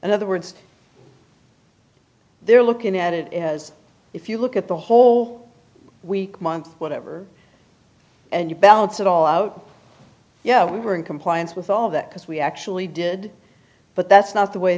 in other words they're looking at it as if you look at the whole week month whatever and you balance it all out yeah we were in compliance with all that because we actually did but that's not the way